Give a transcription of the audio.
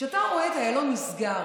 כשאתה רואה את איילון נסגר,